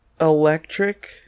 Electric